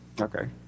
okay